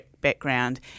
background